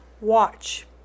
Watch